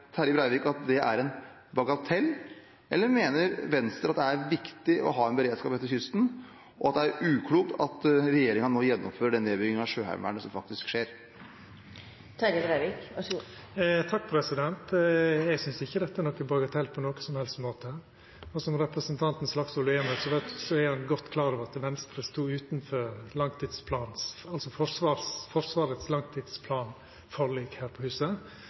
Terje Breivik at det er en bagatell, eller mener Venstre at det er viktig å ha en beredskap langs kysten, og at det er uklokt at regjeringen nå gjennomfører den nedbyggingen av Sjøheimevernet som faktisk skjer? Eg synest ikkje dette er nokon bagatell på nokon som helst måte. Representanten Slagsvold Vedum er godt klar over at Venstre stod utanfor forliket om Forsvarets langtidsplan her på huset.